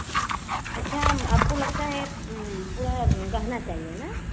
अच्छा मैम आपको लगता है आपको पूरा गहना चाहिए ना